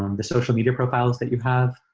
um the social media profiles that you have.